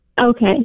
Okay